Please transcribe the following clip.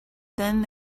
then